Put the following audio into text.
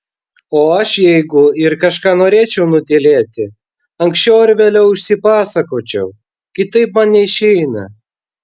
o aš jeigu ir kažką norėčiau nutylėti anksčiau ar vėliau išsipasakočiau kitaip man neišeina